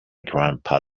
grandpa